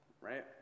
right